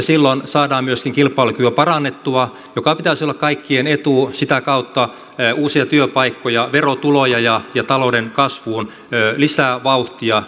silloin saadaan myöskin kilpailukykyä parannettua minkä pitäisi olla kaikkien etu sitä kautta uusia työpaikkoja verotuloja ja talouden kasvuun lisää vauhtia